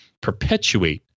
perpetuate